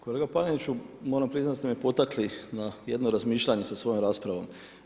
Kolega Paneniću, moram priznati da ste me potaknuli na jedno razmišljanje sa svojom raspravom.